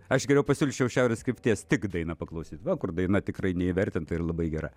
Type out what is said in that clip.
aš geriau pasiūlyčiau šiaurės krypties tik dainą paklausyt va kur daina tikrai neįvertinta ir labai gera